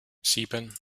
sieben